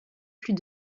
plus